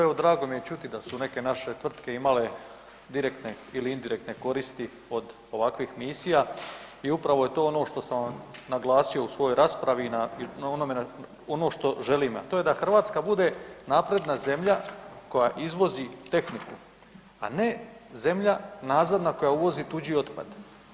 Evo, drago mi je čuti da su neke naše tvrtke imale direktne ili indirektne koristi od ovakvih misija i upravo je to ono što sam vam naglasio u svojoj raspravi i na onome, ono što želim, a to je da Hrvatska bude napredna zemlja koja izvozi tehniku, a ne zemlja nazadna koja uvozi tuđi otpad.